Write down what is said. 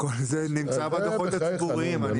הכל נמצא בדוחות הציבוריים.